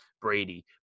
Brady